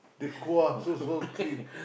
the kuah so salty